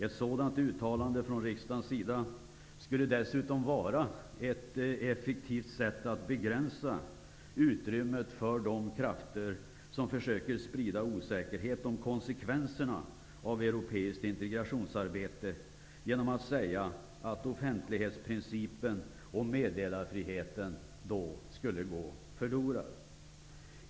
Ett sådant uttalande från riksdagens sida skulle dessutom vara ett effektivt sätt att begränsa utrymmet för de krafter som försöker sprida osäkerhet om konsekvenserna av europeiskt integrationsarbete genom att säga att offentlighetsprincipen och meddelarfriheten då skulle gå förlorad.